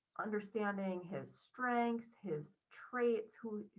understanding his strengths, his traits who,